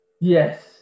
Yes